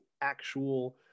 actual